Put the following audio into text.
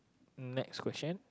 next question